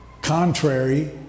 contrary